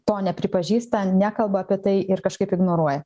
to nepripažįsta nekalba apie tai ir kažkaip ignoruoja